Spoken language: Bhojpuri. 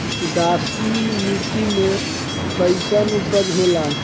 उदासीन मिट्टी में कईसन उपज होला?